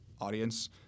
audience